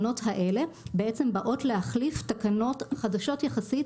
בעצם באות להחליף תקנות חדשות יחסית,